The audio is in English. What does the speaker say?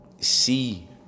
see